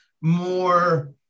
more